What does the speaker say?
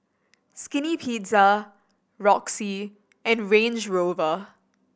Skinny Pizza Roxy and Range Rover